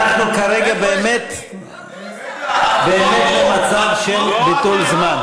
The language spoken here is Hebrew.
חברי הכנסת, אנחנו כרגע באמת במצב של ביטול זמן.